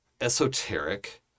esoteric